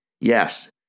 Yes